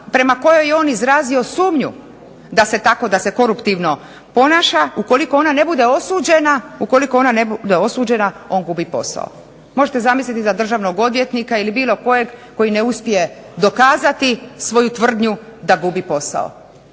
prema kojoj je on izrazio sumnju da se tako, da se koruptivno ponaša, ukoliko ona ne bude osuđena on gubi posao. Možete zamisliti da državnog odvjetnika ili bilo kojeg koji ne uspije dokazati svoju tvrdnju da gubi posao.